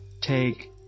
take